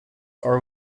are